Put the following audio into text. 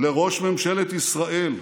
לראש ממשלת ישראל,